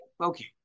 Okay